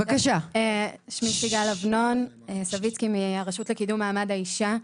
אני מהרשות לקידום מעמד האישה.